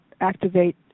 activate